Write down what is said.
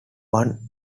one